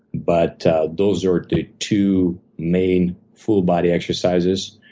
but those are the two main full body exercises,